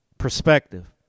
perspective